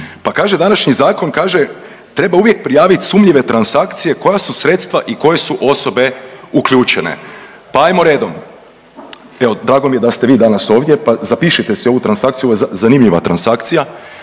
Pa kaže današnji zakon kaže treba uvijek prijavit sumnjive transakcije koja su sredstva i koje su osobe uključene. Pa ajmo redom, evo drago mi je da ste vi danas ovdje pa zapišite si ovu transakciju, zanimljiva transakcija,